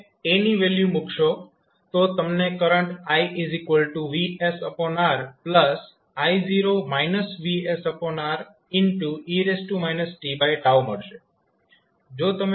જો તમે A ની વેલ્યુ મૂકશો તો તમને current iVsRI0 VsR e t મળશે